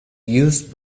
used